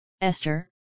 Esther